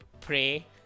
pray